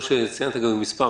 מה שציינת קודם,